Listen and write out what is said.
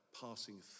passing